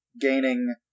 gaining